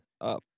up